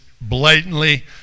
blatantly